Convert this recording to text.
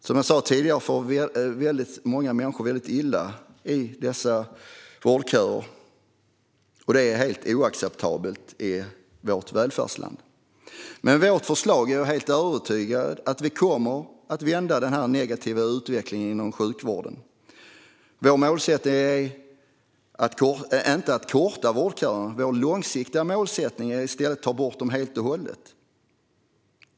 Som jag tidigare sa far många människor väldigt illa i vårdköerna. Det är helt oacceptabelt i vårt välfärdsland. Med vårt förslag är jag helt övertygad om att vi kommer att vända den negativa utvecklingen inom sjukvården. Vår målsättning är inte att korta vårdköerna. Vår långsiktiga målsättning är i stället att ta bort dem helt och hållet.